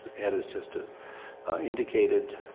ed has just ah indicated